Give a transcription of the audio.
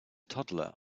toddler